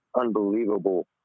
unbelievable